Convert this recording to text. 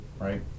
right